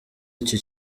iki